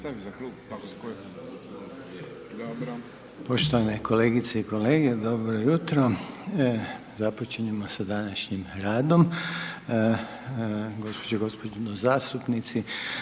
Poštovane kolegice i kolege, dobro jutro. Započinjemo s današnjim radom. Gospođe i gospodo zastupnici,